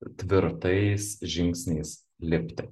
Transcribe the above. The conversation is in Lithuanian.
tvirtais žingsniais lipti